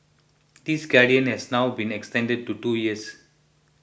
this guidance has now been extended to two years